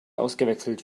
ausgewechselt